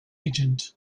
agent